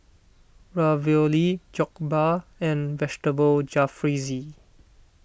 Ravioli Jokbal and Vegetable Jalfrezi